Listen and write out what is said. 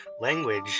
language